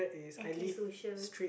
anti-social